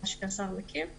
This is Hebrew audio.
הוועדה שהשר מקים,